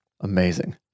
amazing